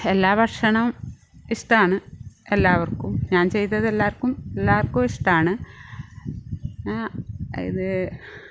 എല്ലാ ഭക്ഷണവും ഇഷ്ടമാണ് എല്ലാവർക്കും ഞാൻ ചെയ്തത് എല്ലാവർക്കും എല്ലാവർക്കും ഇഷ്ടമാണ് ഇത്